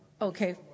Okay